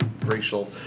racial